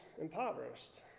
impoverished